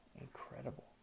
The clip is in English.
incredible